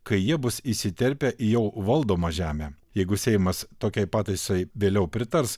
kai jie bus įsiterpę į jau valdomą žemę jeigu seimas tokiai pataisai vėliau pritars